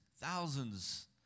thousands